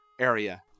area